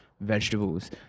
vegetables